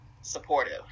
supportive